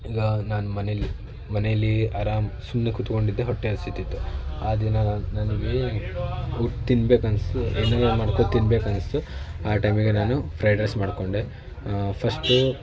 ಈಗ ನಾನು ಮನೆಯಲ್ಲಿ ಮನೆಯಲ್ಲಿ ಆರಾಮು ಸುಮ್ಮನೆ ಕೂತ್ಕೊಂಡಿದ್ದೆ ಹೊಟ್ಟೆ ಹಸೀತಿತ್ತು ಆ ದಿನ ನಾನು ನನಗೆ ಇದು ತಿನ್ಬೇಕು ಅನ್ನಿಸ್ತು ಏನಾದ್ರು ಮಾಡ್ಕೊಂಡು ತಿನ್ಬೇಕು ಅನ್ನಿಸ್ತು ಆ ಟೈಮಿಗೆ ನಾನು ಫ್ರೈಡ್ ರೈಸ್ ಮಾಡಿಕೊಂಡೆ ಫಸ್ಟು